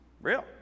Real